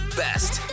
best